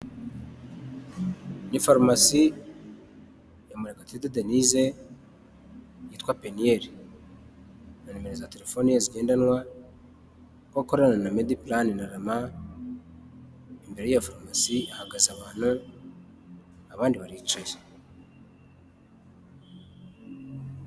Ni farumasi ya Murekatete Dennise, yitwa Peniel na nimro za telefoni ye zigendanwa, aho akorana na Mediplan na RAMA y'iyo farumasi hahagaze abantu abandi baricaye.